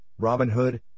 Robinhood